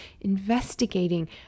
investigating